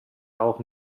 auch